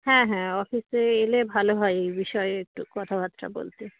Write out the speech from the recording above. হ্যাঁ হ্যাঁ অফিসে এলে ভালো হয় এই বিষয়ে একটু কথাবার্তা বলতে